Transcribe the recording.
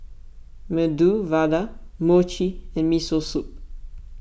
Medu Vada Mochi and Miso Soup